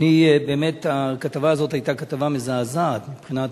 באמת הכתבה הזאת היתה כתבה מזעזעת מבחינת